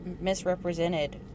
misrepresented